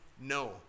No